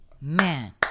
Man